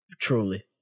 Truly